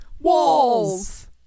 Walls